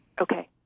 Okay